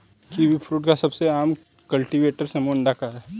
kiwifruit का सबसे आम कल्टीवेटर समूह अंडाकार है